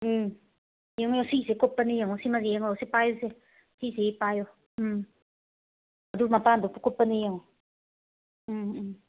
ꯎꯝ ꯌꯦꯡꯉꯣ ꯁꯤꯁꯦ ꯀꯨꯞꯄꯅꯤ ꯌꯦꯡꯉꯣ ꯁꯤꯃꯒ ꯌꯦꯡꯉꯣ ꯁꯤ ꯄꯥꯏꯌꯨꯁꯦ ꯁꯤꯁꯦ ꯄꯥꯏꯌꯣ ꯎꯝ ꯑꯗꯣ ꯃꯄꯥꯟ ꯀꯨꯞꯄꯅꯤ ꯌꯦꯡꯉꯣ ꯎꯝ ꯎꯝ